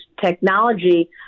technology